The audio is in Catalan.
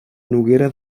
noguera